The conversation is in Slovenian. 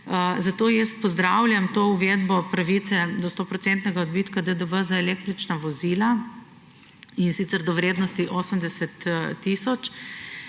Zato pozdravljam to uvedbo pravice do stoprocentnega odbitka DDV za električna vozila, in sicer do vrednosti 80 tisoč